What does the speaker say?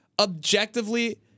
objectively